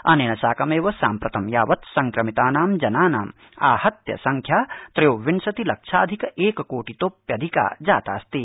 अनेन साकमेव साम्प्रतं यावत् संक्रमितानां जनानाम् आहत्य संख्या त्रयोविंशति लक्षाधिक एककोटितोऽप्यधिका जातास्ति